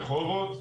רחובות,